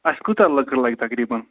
اَسہِ کۭژاہ لٔکٕر لَگہِ تقریٖبَن